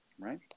right